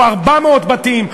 או 400 בתים,